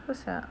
susah